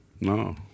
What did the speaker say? No